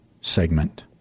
segment